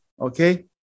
Okay